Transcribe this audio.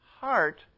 heart